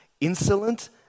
insolent